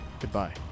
Goodbye